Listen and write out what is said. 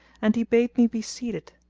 and he bade me be seated,